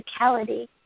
physicality